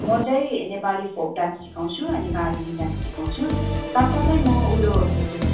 मो चैँ Nepali folk dance सिकाउँछु अनि मारूनी डान्स सिकाउँछु साथ साथै मो उयो